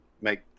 make